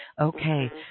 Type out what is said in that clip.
Okay